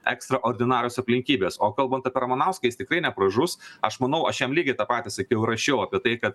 ekstraordinarios aplinkybės o kalbant apie ramanauską jis tikrai nepražus aš manau aš jam lygiai tą patį sakiau ir rašiau apie tai kad